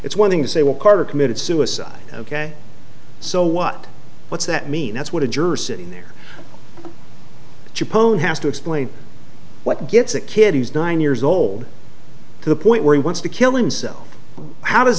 it's one thing to say well carter committed suicide ok so what what's that mean that's what a juror sitting there to pony has to explain what gets a kid who's nine years old to the point where he wants to kill him so how does